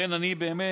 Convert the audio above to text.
ולכן אני חושב